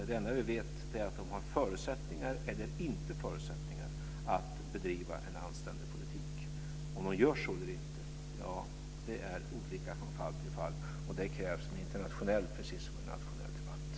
Det enda vi vet är att de har förutsättningar eller inte har förutsättningar att bedriva en anständig politik. Om de gör så eller inte är olika från fall till fall, och det krävs en internationell precis som en nationell debatt.